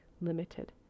limited